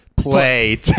play